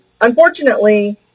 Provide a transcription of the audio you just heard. unfortunately